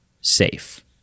safe